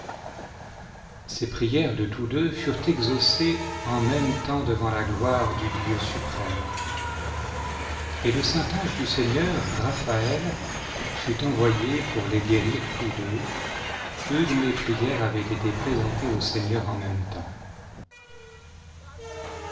ces prières je tous deux furent exaucées u même temps devant la gloire du dieu suprême et le saint ange du seigneur raphaël fut nvoyé pour les gr'érir tous deux eux dont les prières avaient été présentées au seigneur en même temps